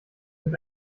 mit